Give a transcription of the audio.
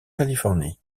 californie